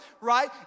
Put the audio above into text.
right